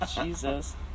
Jesus